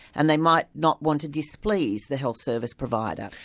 and they might not want to displease the health service provider.